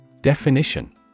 Definition